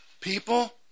people